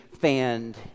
fanned